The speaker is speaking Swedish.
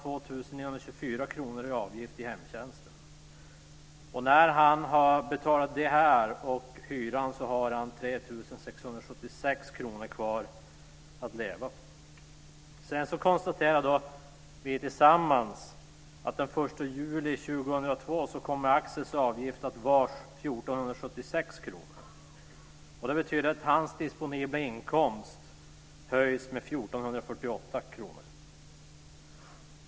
2 924 kr i avgift i hemtjänsten. När han har betalat det och hyran har han 3 676 kr kvar att leva på. Sedan konstaterade vi tillsammans att den 1 juli 2002 kommer Axels avgift att vara 1 476 kr. Det betyder att hans disponibla inkomst höjs med 1 448 kr.